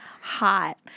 hot